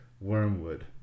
Wormwood